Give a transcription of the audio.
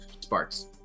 sparks